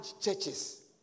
churches